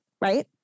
right